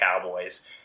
cowboys